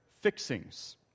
fixings